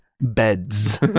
beds